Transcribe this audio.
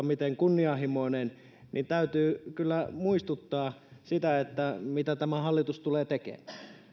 miten kunnianhimoinen ilmastopolitiikka on että täytyy kyllä muistuttaa siitä mitä tämä hallitus tulee tekemään